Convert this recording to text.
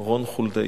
רון חולדאי.